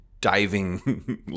diving